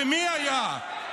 ומי היה?